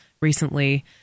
recently